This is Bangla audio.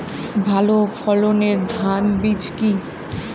ভালো ফলনের ধান বীজ কি?